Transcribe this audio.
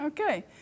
Okay